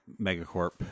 megacorp